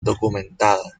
documentada